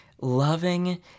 loving